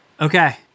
Okay